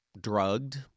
drugged